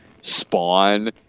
Spawn